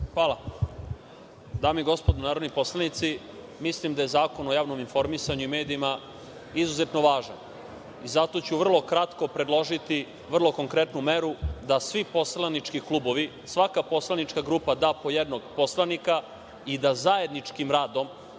Hvala. Dame i gospodo narodni poslanici, mislim da je Zakon o javnom informisanju i medijima izuzetno važan i zato ću vrlo kratko predložiti vrlo konkretnu meru, da svi poslanički klubovi, svaka poslanička grupa da po jednog poslanika i da zajedničkim radom